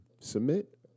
Submit